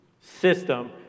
system